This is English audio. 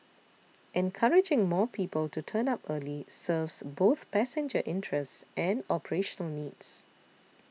encouraging more people to turn up early serves both passenger interests and operational needs